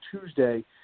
Tuesday